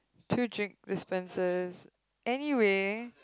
two drink dispensers anyway